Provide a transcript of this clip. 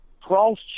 cross